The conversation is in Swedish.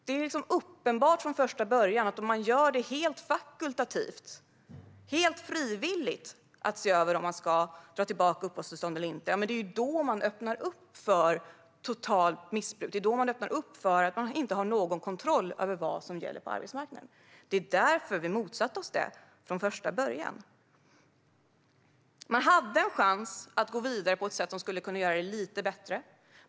Det var uppenbart från första början att om man gör det helt fakultativt, helt frivilligt, att se över om uppehållstillstånd ska dras tillbaka eller inte öppnar man för totalt missbruk. Det är då man öppnar för att man inte har någon kontroll över vad som gäller på arbetsmarknaden. Det var därför vi motsatte oss det från första början. Man hade en chans att gå vidare på ett sätt som skulle kunna göra det lite bättre.